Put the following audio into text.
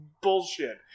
bullshit